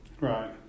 Right